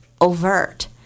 overt